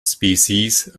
species